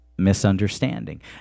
Misunderstanding